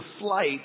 flight